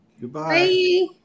goodbye